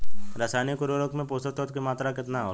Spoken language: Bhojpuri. रसायनिक उर्वरक मे पोषक तत्व के मात्रा केतना होला?